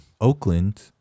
Oakland